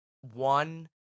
one